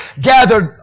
gathered